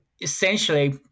essentially